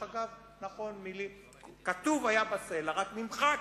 דרך אגב, נכון, מלים, כתוב היה בסלע, רק נמחק.